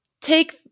Take